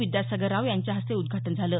विद्यासागर राव यांच्या हस्ते उदघाटन झालं